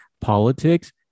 politics